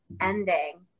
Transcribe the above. ending